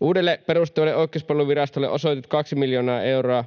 Uudelle, perustettavalle Oikeuspalveluvirastolle osoitetut kaksi miljoonaa euroa